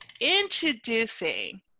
introducing